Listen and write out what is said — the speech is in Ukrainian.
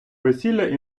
весілля